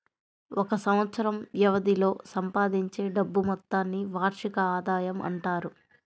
ఒక సంవత్సరం వ్యవధిలో సంపాదించే డబ్బు మొత్తాన్ని వార్షిక ఆదాయం అంటారు